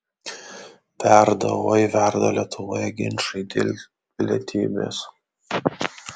verda oi verda lietuvoje ginčai dėl pilietybės